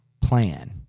Plan